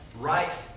right